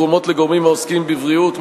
תרומות לגורמים העוסקים בבריאות,